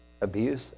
abuse